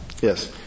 Yes